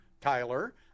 Tyler